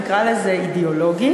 נקרא לזה אידיאולוגי,